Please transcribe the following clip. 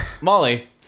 Molly